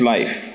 Life